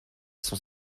sont